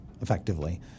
effectively